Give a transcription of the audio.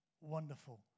wonderful